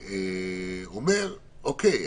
"אוקיי.